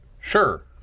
Sure